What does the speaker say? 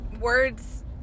words